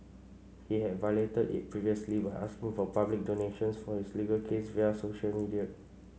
he had violated it previously by asking for public donations for his legal case via social media